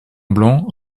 blanc